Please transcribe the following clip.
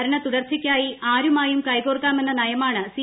ഭരണ തുടർച്ചയ്ക്കായി ആരുമായും കൈകോർക്കാമെന്ന നയമാണ് സി